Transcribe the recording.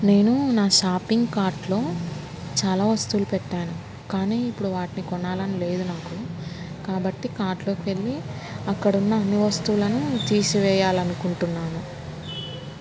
నేను నా షాపింగ్ కార్ట్లో చాలా వస్తువులు పెట్టాను కానీ ఇప్పుడు వాటిని కొనాలని లేదు నాకు కాబట్టి కార్ట్లోకి వెళ్ళి అక్కడున్న అన్ని వస్తువులను తీసివేయాలి అనుకుంటున్నాను